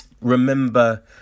Remember